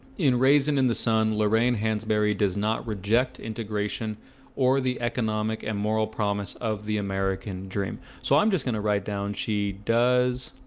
in raisin in the sun, lorraine hansberry does not reject integration or the economic and moral promise of the american dream. so i'm just gonna write down she does